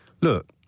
look